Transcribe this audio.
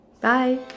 Bye